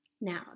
Now